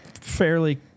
fairly